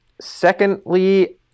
Secondly